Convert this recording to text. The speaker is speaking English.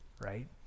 Right